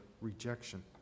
rejection